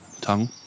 tongue